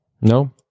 No